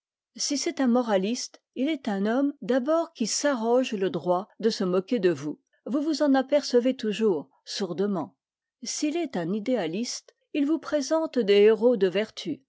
si c'est un moraliste il est un homme d'abord qui s'arroge le droit de se moquer de vous vous vous en apercevez toujours sourdement s'il est un idéaliste il vous présente des héros de vertu